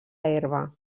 herba